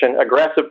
aggressive